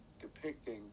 depicting